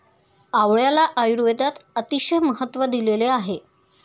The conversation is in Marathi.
आवळ्याला आयुर्वेदात अतिशय महत्त्व दिलेले आहे